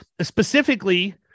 specifically